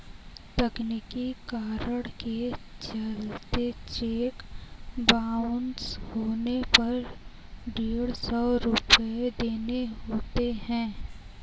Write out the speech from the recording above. तकनीकी कारण के चलते चेक बाउंस होने पर डेढ़ सौ रुपये देने होते हैं